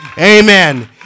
Amen